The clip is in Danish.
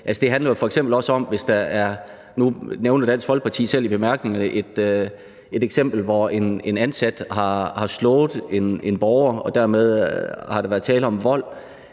selv i bemærkningerne et eksempel, hvor en ansat har slået en borger, og dermed har der været tale om vold.